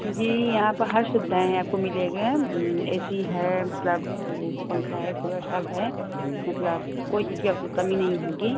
जी यहाँ पर हर सुविधाएँ आपको मिलेगा एसी है मतलब वो पंखा है कूलर सब है मतलब कोई चीज की आपको कमी नहीं होगी